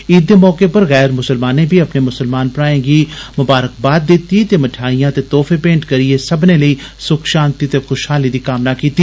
ईद दे मौके पर गैर मुसलमान बी अपने मुसलमान भ्राएं गी ममारकबाद दिती ते मठेआइयां ते तोह्फे भेंट करियै सब्बने लेई सुख षांति ते खुषहाली दी कामना कीती